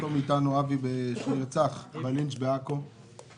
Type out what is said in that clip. בלכתו מאיתנו אבי הר-אבן שנרצח בלינץ' בעכו.